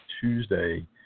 Tuesday